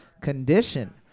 condition